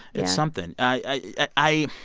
it's something. i